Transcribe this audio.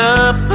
up